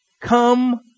come